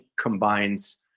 combines